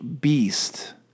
beast